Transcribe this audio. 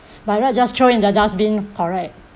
by right just throw in the dustbin correct